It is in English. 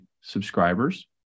subscribers